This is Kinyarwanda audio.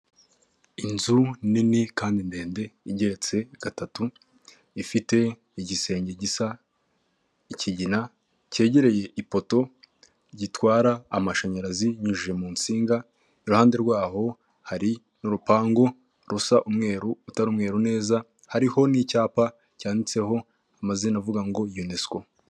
Inzu nini kandi ndende igetse gatatu ifite igisenge gisa ikigina, kegereye ipoto gitwara amashanyarazi binyujije mu nsinga, iruhande rwaho hari urupangu rusa umweru utari umweru neza hariho n'icyapa cyanditseho amazina avuga ngo unesiko.